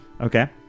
Okay